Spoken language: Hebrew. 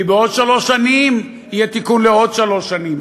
כי בעוד שלוש שנים יהיה תיקון לעוד שלוש שנים,